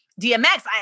DMX